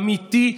אמיתי,